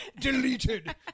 Deleted